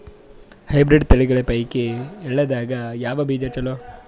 Hybrid ತಳಿಗಳ ಪೈಕಿ ಎಳ್ಳ ದಾಗ ಯಾವ ಬೀಜ ಚಲೋ?